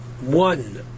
one